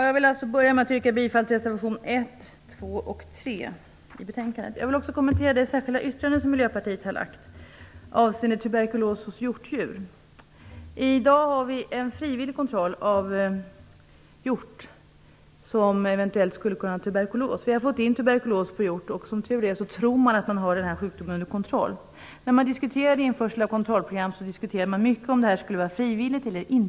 Fru talman! Jag börjar med att yrka bifall till reservationerna 1-3 i betänkande JoU1. Jag vill också kommentera det särskilda yttrande som Miljöpartiet de gröna har gjort, avseende turbekulos hos hjortdjur. I dag har vi en frivillig kontroll av hjort som eventuellt skulle kunna ha tuberkulos. Vi har fått in turbekulos på hjort, och man tror att denna sjukdom är under kontroll, som tur är. När man diskuterade införsel av kontrollprogram diskuterades det också mycket om ifall detta skulle vara frivilligt eller inte.